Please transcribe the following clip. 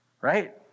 Right